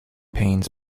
pains